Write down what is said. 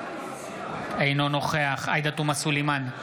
אינו נוכח עאידה תומא סלימאן,